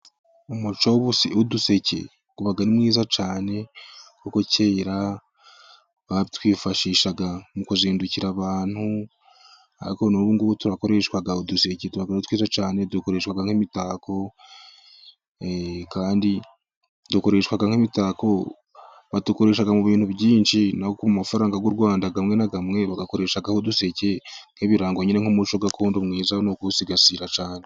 Umuco w'uduseke uba ari mwiza cyane, kuko kera batwifashishaga mu kuzindukira abantu, ariko n'ubugubu turakoreshwa, uduseke ni twiza cyane, dukoreshwa nk'imitako, kandi dukoreshwa nk'imitako, badukoresha mu bintu byinshi, nko ku mafarangaga u Rwanda, amwe namwe bayakoreshaho uduseke, nk'ibirango nyine nk'umuco gakondo mwiza, ni ukuwusigasira cyane.